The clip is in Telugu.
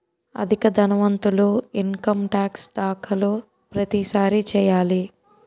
అధిక ధనవంతులు ఇన్కమ్ టాక్స్ దాఖలు ప్రతిసారి చేయాలి